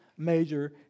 major